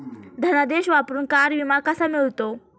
धनादेश वापरून कार विमा कसा मिळतो?